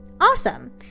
Awesome